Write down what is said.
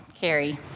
Carrie